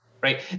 Right